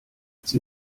sie